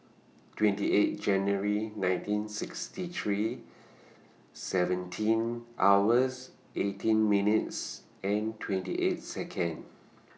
twenty eight January nineteen sixty three seventeen hours eighteen minutes and twenty eight Second